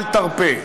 אל תרפה.